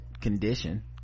condition